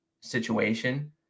situation